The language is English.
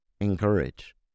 encourage